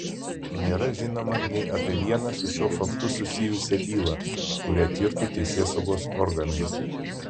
nėra žinoma nei apie vieną su šiuo faktu susijusią bylą kurią tirtų teisėsaugos organai